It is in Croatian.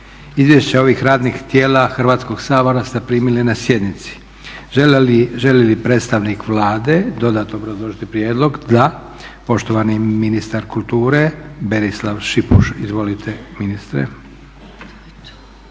Izvješća ovih radnih tijela Hrvatskog sabora ste primili na sjednici. Želi li predstavnik Vlade dodatno obrazložiti prijedlog? Da. Poštovani ministar kulture Berislav Šipuš. Izvolite ministre.